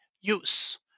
use